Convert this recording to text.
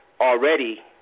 already